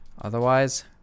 Otherwise